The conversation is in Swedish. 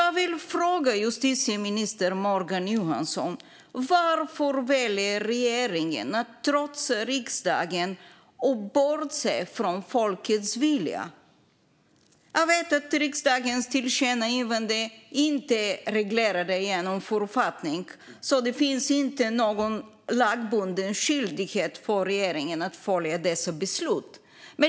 Jag vill fråga justitieminister Morgan Johansson: Varför väljer regeringen att trotsa riksdagen och bortse från folkets vilja? Jag vet att riksdagens tillkännagivanden inte är reglerade genom författningen, så det finns inte någon lagbunden skyldighet för regeringen att följa dessa beslut.